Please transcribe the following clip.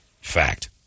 Fact